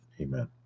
Amen